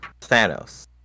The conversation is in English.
Thanos